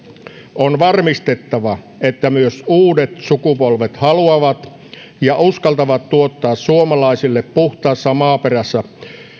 on varmistettava että myös uudet sukupolvet haluavat ja uskaltavat tuottaa suomalaisille puhtaassa maaperässä